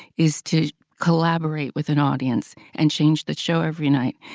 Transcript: is to collaborate with an audience and change the show every night.